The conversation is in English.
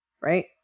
right